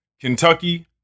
Kentucky